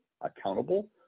accountable